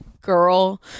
girl